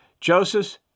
Joseph